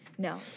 No